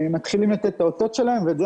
מתחילים לתת את האותות שלהם ואת זה